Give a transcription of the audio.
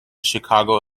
chicago